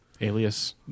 Alias